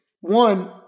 one